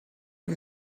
you